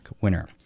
winner